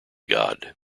god